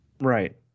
Right